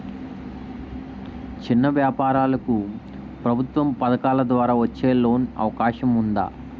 చిన్న వ్యాపారాలకు ప్రభుత్వం పథకాల ద్వారా వచ్చే లోన్ అవకాశం ఉందా?